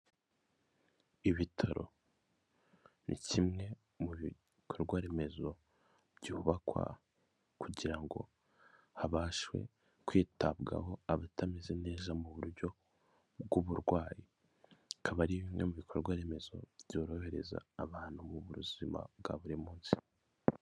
Ku kigo nderabuzima, ahatangirwa serivisi z'ubuvuzi ku baturage. Hari inyubako nyishyi ndetse n'ibyapa biri hose, kugira ngo biyobore abarwayi, bitewe na serivisi bashaka guhabwa.